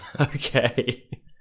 Okay